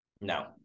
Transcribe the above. No